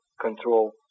control